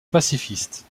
pacifiste